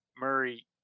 Murray